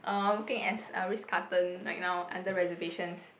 uh I'm working as Ritz-Carlton right now under reservations